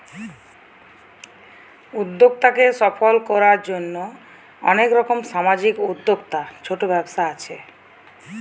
উদ্যোক্তাকে সফল কোরার জন্যে অনেক রকম সামাজিক উদ্যোক্তা, ছোট ব্যবসা আছে